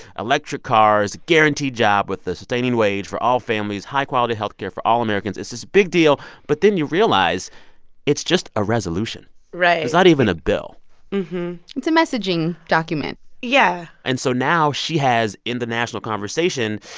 electric cars, guaranteed job with a sustaining wage for all families, high-quality health care for all americans. it's this big deal. deal. but then you realize it's just a resolution right it's not even a bill it's a messaging document yeah and so now she has, in the national conversation,